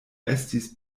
estis